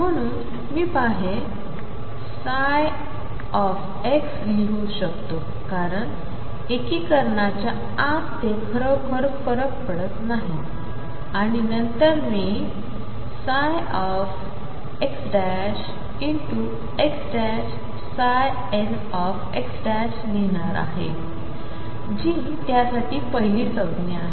म्हणून मी बाहेर l लिहू शकतो कारण एकीकरणाच्या आत ते खरोखर फरक पडत नाही आणि नंतर मी lxxnxलिहीणार आहे जी त्यासाठी पहिली संज्ञा आहे